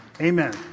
Amen